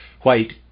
White